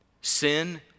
Sin